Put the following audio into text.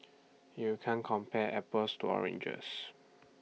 you can't compare apples to oranges